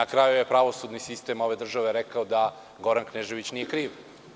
Na kraju je pravosudni sistem ove države rekao da Goran Knežević nije kriv.